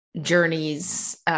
journeys